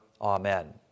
Amen